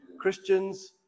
Christians